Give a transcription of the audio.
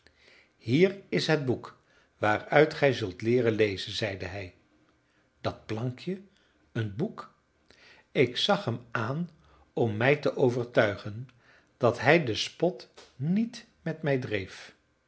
hier is het boek waaruit gij zult leeren lezen zeide hij dat plankje een boek ik zag hem aan om mij te overtuigen dat hij den spot niet met mij dreef